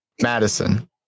madison